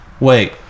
Wait